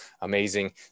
Amazing